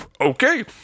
Okay